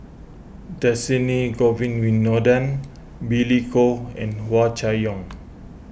Dhershini Govin Winodan Billy Koh and Hua Chai Yong